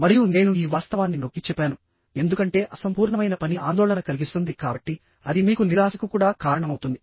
మరియు నేను ఈ వాస్తవాన్ని నొక్కిచెప్పాను ఎందుకంటే అసంపూర్ణమైన పని ఆందోళన కలిగిస్తుంది కాబట్టి అది మీకు నిరాశకు కూడా కారణమవుతుంది